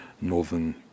northern